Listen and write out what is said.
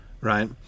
right